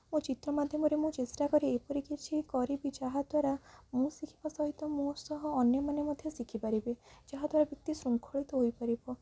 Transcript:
ମୋ ଚିତ୍ର ମାଧ୍ୟମରେ ମୁଁ ଚେଷ୍ଟା କରି ଏପରି କିଛି କରିବି ଯାହା ଦ୍ୱାରା ମୁଁ ଶିଖିବା ସହିତ ମୋ ସହ ଅନ୍ୟମାନେ ମଧ୍ୟ ଶିଖିପାରିବେ ଯାହା ଦ୍ୱାରା ବ୍ୟକ୍ତି ଶୃଙ୍ଖଳିତ ହୋଇପାରିବ